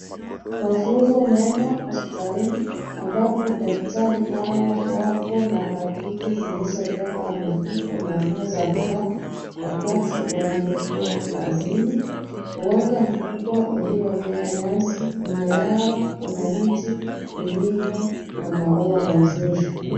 Mafunzo mena hospitalini, ambapo daktari hawa wako na pakiti zilizobeba mifuko na nguo za kuvaa wakati wanapokuwa kazini. Uwanja mkubwa uliyomea nyasi nyuma yao kuna miti iliyo na maua mazuri.